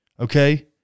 Okay